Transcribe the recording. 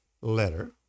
letter